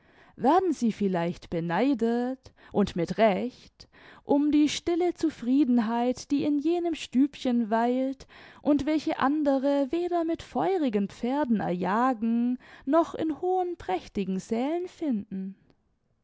werden sie vielleicht beneidet und mit recht um die stille zufriedenheit die in jenem stübchen weilt und welche andere weder mit feurigen pferden erjagen noch in hohen prächtigen sälen finden